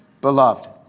beloved